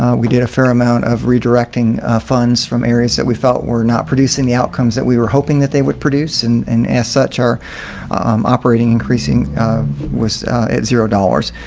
ah we did a fair amount of redirecting funds from areas that we felt were not producing the outcomes that we were hoping that they would produce and and as such are operating increasing was at zero dollars.